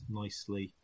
nicely